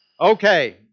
Okay